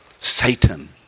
Satan